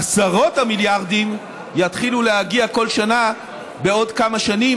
עשרות המיליארדים יתחילו להגיע כל שנה בעוד כמה שנים,